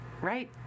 Right